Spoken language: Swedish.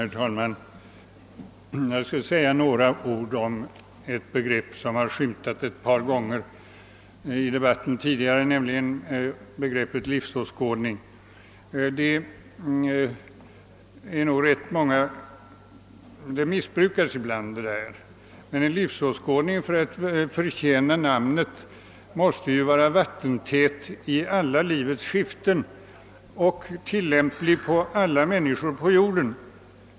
Herr talman! Jag vill gärna säga några ord om ett begrepp som tidigare har skymtat i debatten ett par gånger, nämligen begreppet livsåskådning. Detta ord missbrukas ibland. Men en livsåskådning måste för att förtjäna namnet vara vattentät i livets alla skiften och tillämplig för alla människor på jorden.